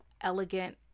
elegant